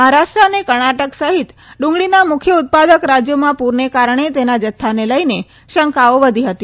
મહારાષ્ટ્ર અને કર્ણાટક સહિત ડુંગળીના મુખ્ય ઉત્પાદક રાજ્યોમાં પુરને કારણે તેના જથ્થાને લઈને શંકાઓ વધી હતી